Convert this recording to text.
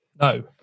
No